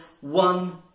one